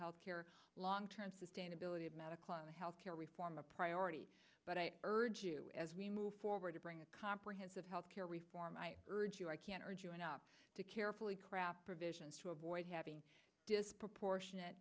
health care long term sustainability of medical and health care reform a priority but i urge you as we move forward to bring a comprehensive health care reform i urge you i can urge you to carefully craft provisions to avoid having a disproportionate